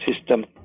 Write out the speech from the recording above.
system